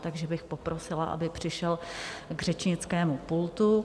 Takže bych poprosila, aby přišel k řečnickému pultu.